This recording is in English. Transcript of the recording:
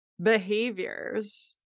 behaviors